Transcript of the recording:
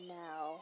now